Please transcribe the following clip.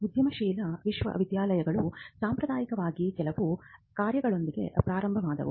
ಉದ್ಯಮಶೀಲ ವಿಶ್ವವಿದ್ಯಾಲಯಗಳು ಸಾಂಪ್ರದಾಯಿಕವಾಗಿ ಕೆಲವು ಕಾರ್ಯಗಳೊಂದಿಗೆ ಪ್ರಾರಂಭವಾದವು